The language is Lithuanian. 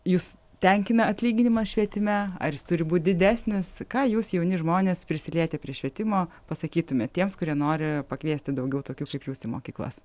jus tenkina atlyginimas švietime ar jis turi būt didesnis ką jūs jauni žmonės prisilietę prie švietimo pasakytumėt tiems kurie nori pakviesti daugiau tokių kaip jūs į mokyklas